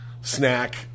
snack